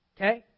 okay